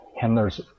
handlers